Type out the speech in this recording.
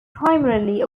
primarily